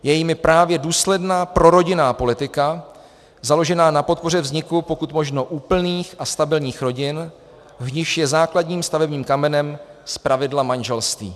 Je jimi právě důsledná prorodinná politika založená na podpoře vzniku pokud možno úplných a stabilních rodin, v nichž je základním stavebním kamenem zpravidla manželství.